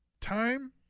time